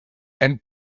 and